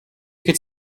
could